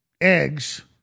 eggs